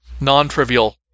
non-trivial